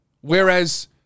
Whereas